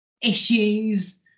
issues